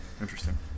Interesting